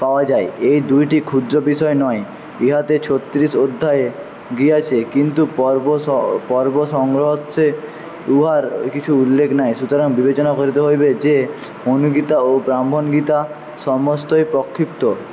পাওয়া যায় এই দুইটি ক্ষুদ্র বিষয় নয় ইহাতে ছত্রিশ অধ্যায়ে গিয়াছে কিন্তু পর্ব পর্ব সংগ্রহার্থে উহার কিছু উল্লেখ নাই সুতরাং বিবেচনা করিতে হইবে যে অনু গীতা এবং ব্রাহ্মণ গীতা সমস্তই প্রক্ষিপ্ত